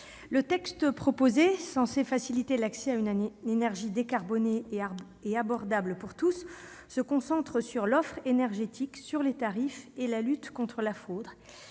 à notre examen, censé faciliter l'accès à une énergie décarbonée et abordable pour tous, se concentre sur l'offre énergétique, les tarifs et la lutte contre la fraude.